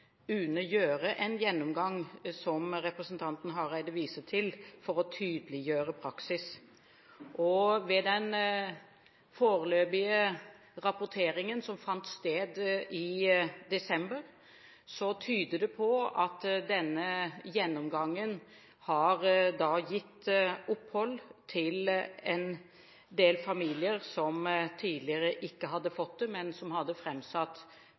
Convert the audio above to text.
en gjennomgang – som representanten Hareide viser til – for å tydeliggjøre praksis. I den foreløpige rapporteringen som fant sted i desember, tyder det på at denne gjennomgangen har gitt opphold til en del familier som tidligere ikke hadde fått det, men som hadde